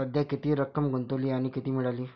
सध्या किती रक्कम गुंतवली आणि किती मिळाली